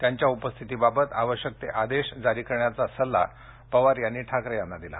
त्यांच्या उपस्थितीबाबत आवश्यक ते आदेश जारी करण्याचा सल्ला पवार यांनी मुख्यमंत्री ठाकरे यांना दिला